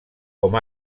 com